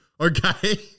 okay